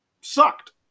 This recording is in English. sucked